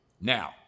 Now